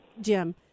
Jim